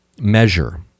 measure